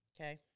Okay